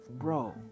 Bro